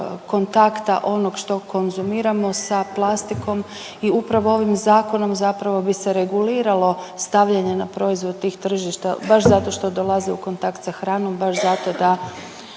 kontakta onog što što konzumiramo sa plastikom i upravo ovim zakonom zapravo bi se reguliralo stavljanje na proizvod tih tržišta baš zato što dolaze u kontakt sa hranom, baš zato da